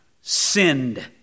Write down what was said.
sinned